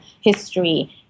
history